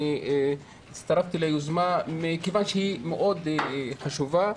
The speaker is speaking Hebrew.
הצטרפתי ליוזמה כי היא מאוד חשובה,